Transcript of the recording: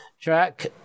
track